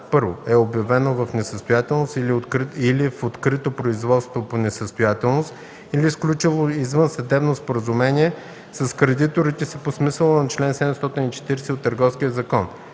да: 1. е обявено в несъстоятелност или в открито производство по несъстоятелност, или сключило извънсъдебно споразумение с кредиторите си по смисъла на чл. 740 от Търговския закон;